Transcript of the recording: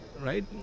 Right